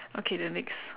okay the next